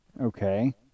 Okay